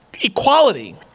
equality